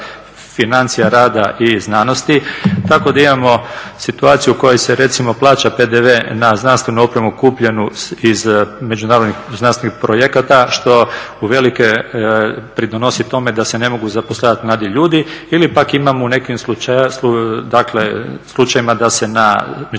financija, rada i znanosti, tako da imamo situaciju u kojoj se recimo plaća PDV na znanstvenu opremu kupljenu iz međunarodnih znanstvenih projekata što uvelike pridonosi tome da se ne mogu zapošljavati mladi ljudi ili pak imamo u nekim slučajevima da se na međunarodne